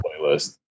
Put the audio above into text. playlist